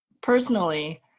personally